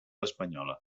espanyola